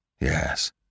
Yes